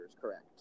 correct